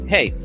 Hey